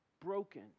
broken